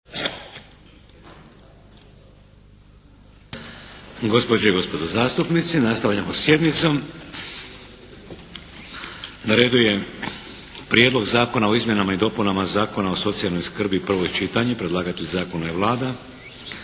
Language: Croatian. Gospođe i gospodo zastupnici, nastavljamo sjednicom. Na redu je 1. Prijedlog Zakona o izmjenama i dopunama Zakona o socijalnoj skrbi, prvo čitanje P.Z.br. 686 Predlagatelj Zakona je Vlada.